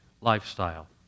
lifestyle